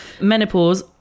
menopause